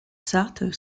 sarthe